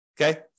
okay